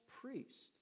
priest